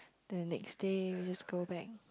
the next day we just go back